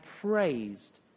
praised